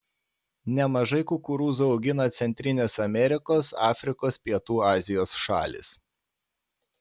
nemažai kukurūzų augina centrinės amerikos afrikos pietų azijos šalys